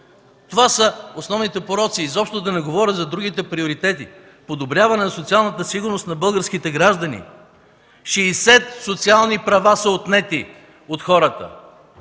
Това са основните пороци. Изобщо да не говоря за другите приоритети – подобряване на социалната сигурност на българските граждани. Шестдесет социални права са отнети от хората